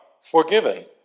forgiven